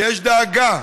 ויש דאגה,